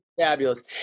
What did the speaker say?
fabulous